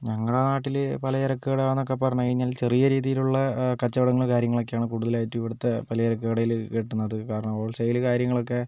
ഞങ്ങള നാട്ടിൽ പലചരക്ക് കട എന്നൊക്കെ പറഞ്ഞ് കഴിഞ്ഞാൽ ചെറിയ രീതിയിലുള്ള കച്ചവടങ്ങൾ കാര്യങ്ങളൊക്കെയാണ് കൂടുതലായിട്ടും ഇവിടുത്തെ പലചരക്ക് കടയിൽ കിട്ടുന്നത് കാരണം ഹോൾസെയിൽ കാര്യങ്ങളൊക്കെ